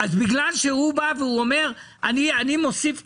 בגלל שהוא אומר: אני מוסיף כסף,